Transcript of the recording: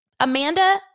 Amanda